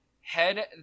head